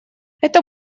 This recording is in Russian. это